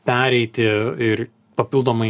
pereiti ir papildomai